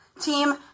Team